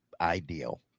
ideal